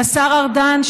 לשר ארדן,